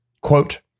Quote